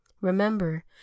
Remember